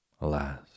Alas